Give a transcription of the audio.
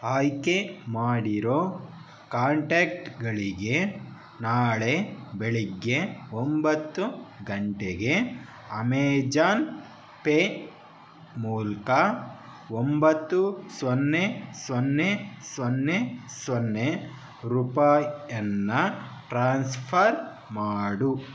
ಆಯ್ಕೆ ಮಾಡಿರೋ ಕಾಂಟ್ಯಾಕ್ಟ್ಗಳಿಗೆ ನಾಳೆ ಬೆಳಗ್ಗೆ ಒಂಬತ್ತು ಗಂಟೆಗೆ ಅಮೇಜಾನ್ ಪೇ ಮೂಲಕ ಒಂಬತ್ತು ಸೊನ್ನೆ ಸೊನ್ನೆ ಸೊನ್ನೆ ಸೊನ್ನೆ ರೂಪಾಯಿಯನ್ನ ಟ್ರಾನ್ಸ್ಫರ್ ಮಾಡು